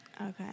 Okay